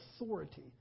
authority